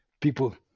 people